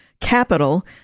capital